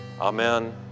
Amen